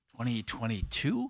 2022